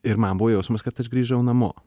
ir man buvo jausmas kad aš grįžau namo